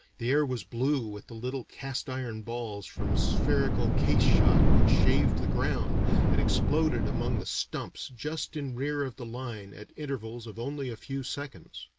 the air was blue with the little cast iron balls from spherical-case shot which shaved the ground and exploded among the stumps just in rear of the line at intervals of only a few seconds.